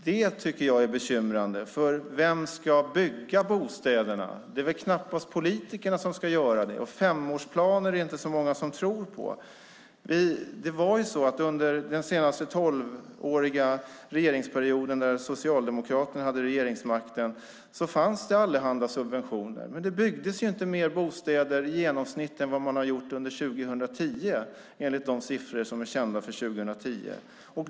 Det tycker jag är bekymrande. Vem ska bygga bostäderna? Det är knappast politiker som ska göra det. Femårsplaner är inte så många som tror på. Under den senaste tolvåriga regeringsperioden när Socialdemokraterna hade regeringsmakten fanns det allehanda subventioner. Det byggdes inte mer bostäder i genomsnitt än vad man har gjort under 2010 enligt de siffror för 2010 som är kända.